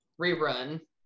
Rerun